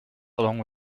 along